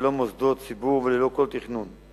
ללא מוסדות ציבור וללא כל תכנון.